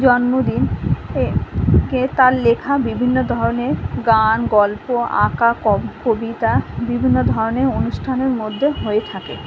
জন্মদিন তার লেখা বিভিন্ন ধরনের গান গল্প আঁকা কবিতা বিভিন্ন ধরনের অনুষ্ঠানের মধ্যে হয়ে থাকে